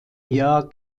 jahr